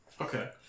Okay